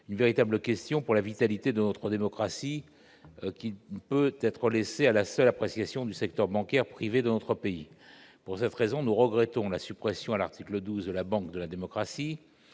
une véritable question qui ne peut être laissée à la seule appréciation du secteur bancaire privé de notre pays. Pour cette raison, nous regrettons la suppression, à l'article 12, de la banque de la démocratie.